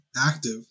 active